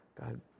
God